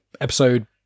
episode